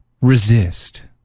resist